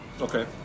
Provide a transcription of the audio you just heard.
Okay